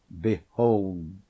Behold